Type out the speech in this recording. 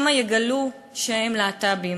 שמא יגלו שהם להט"בים,